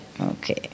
Okay